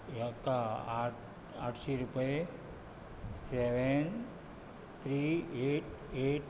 हेका आठशीं रुपये सेवन थ्री एट एट